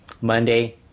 Monday